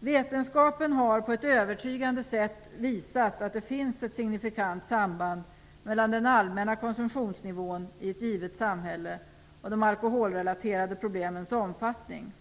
Vetenskapen har på ett övertygande sätt visat att det finns ett signifikant samband mellan den allmänna konsumtionsnivån i ett givet samhälle och de alkoholrelaterade problemens omfattning.